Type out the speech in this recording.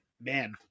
man